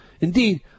Indeed